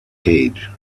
cage